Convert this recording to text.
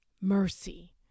mercy